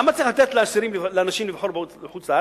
למה צריך לתת לאנשים לבחור בחוץ-לארץ,